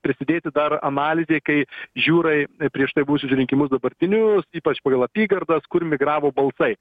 prisidėti dar analizė kai žiūrai prieš tai buvusius rinkimus dabartinius ypač pagal apygardas kur migravo balsai